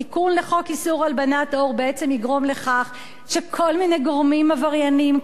שהתיקון לחוק איסור הלבנת הון יגרום לכך שכל מיני גורמים עברייניים,